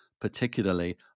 particularly